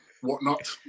whatnot